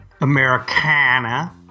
Americana